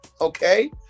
Okay